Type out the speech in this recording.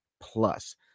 plus